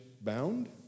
Bound